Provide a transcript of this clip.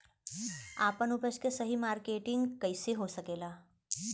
आपन उपज क सही मार्केटिंग कइसे हो सकेला?